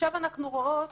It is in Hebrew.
עכשיו אנחנו רואות